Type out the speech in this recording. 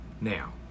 Now